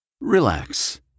Relax